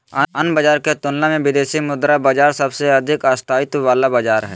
अन्य बाजार के तुलना मे विदेशी मुद्रा बाजार सबसे अधिक स्थायित्व वाला बाजार हय